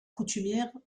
coutumière